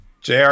JR